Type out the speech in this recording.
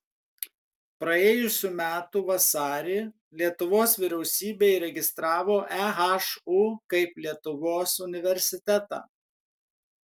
praėjusių metų vasarį lietuvos vyriausybė įregistravo ehu kaip lietuvos universitetą